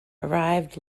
arrived